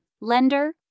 lender